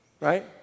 Right